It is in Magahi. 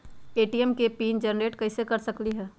हम ए.टी.एम के पिन जेनेरेट कईसे कर सकली ह?